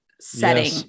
Setting